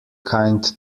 kind